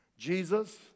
Jesus